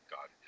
God